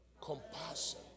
Compassion